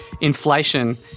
inflation